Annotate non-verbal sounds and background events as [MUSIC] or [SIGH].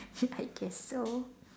[LAUGHS] I guess so